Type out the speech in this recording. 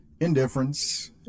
Indifference